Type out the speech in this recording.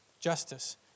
justice